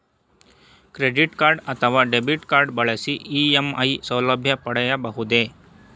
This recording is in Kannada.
ಕ್ರೆಡಿಟ್ ಕಾರ್ಡ್ ಅಥವಾ ಡೆಬಿಟ್ ಕಾರ್ಡ್ ಬಳಸಿ ಇ.ಎಂ.ಐ ಸೌಲಭ್ಯ ಪಡೆಯಬಹುದೇ?